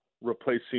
replacing